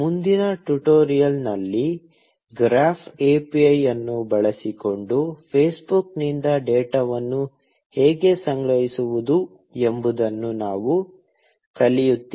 ಮುಂದಿನ ಟ್ಯುಟೋರಿಯಲ್ ನಲ್ಲಿ graph API ಅನ್ನು ಬಳಸಿಕೊಂಡು Facebook ನಿಂದ ಡೇಟಾವನ್ನು ಹೇಗೆ ಸಂಗ್ರಹಿಸುವುದು ಎಂಬುದನ್ನು ನಾವು ಕಲಿಯುತ್ತೇವೆ